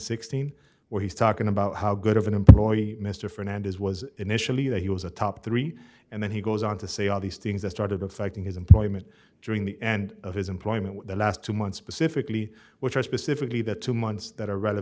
sixteen where he's talking about how good of an employee mr fernandez was initially that he was a top three and then he goes on to say all these things that started affecting his employment during the end of his employment the last two months specifically which are specifically the two months